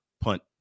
punt